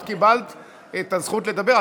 את קיבלת את הזכות לדבר.